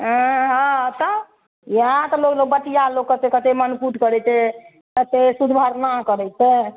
हँ तऽ इएह तऽ लोक लोक बटिआ लोक कतेक कतेक मनकुट करै छै कतेक सुदभरना करै छै